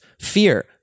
fear